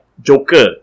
Joker